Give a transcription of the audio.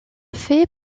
fait